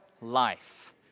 life